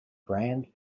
grand